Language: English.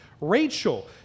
rachel